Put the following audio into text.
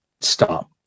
stop